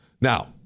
now